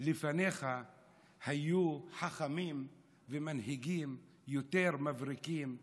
לפניך היו חכמים ומנהיגים יותר מבריקים שדאגו,